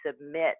submit